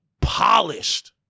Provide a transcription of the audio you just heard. Polished